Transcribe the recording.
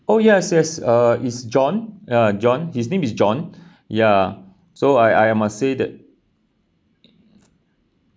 oh yes yes uh is john ya john his name is john ya so I I must say that